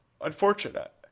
Unfortunate